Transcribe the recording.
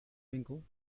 winkel